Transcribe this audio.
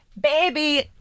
Baby